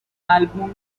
álbum